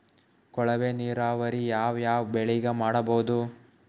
ಕೊಳವೆ ನೀರಾವರಿ ಯಾವ್ ಯಾವ್ ಬೆಳಿಗ ಮಾಡಬಹುದು?